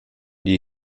die